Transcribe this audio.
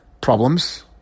problems